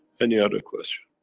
any other question.